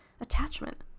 attachment